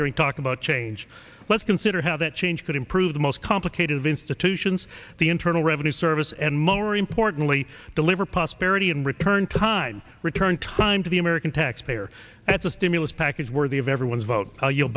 hearing talk about change let's consider how that change could improve the most complicated of institutions the internal revenue service and more importantly deliver prosperity in return time return time to the american taxpayer that's a stimulus package worthy of everyone's vote you'll